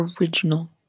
original